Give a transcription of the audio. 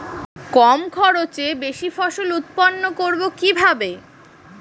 কম খরচে বেশি ফসল উৎপন্ন করব কিভাবে?